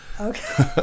Okay